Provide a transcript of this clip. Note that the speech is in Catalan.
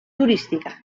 turística